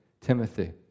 Timothy